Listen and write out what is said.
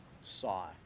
saw